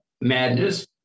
madness